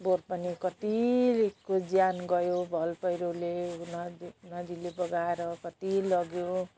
पोहर पनि कतिको ज्यान गयो भल पहिरोले नदी नदीले बगाएर कति लग्यो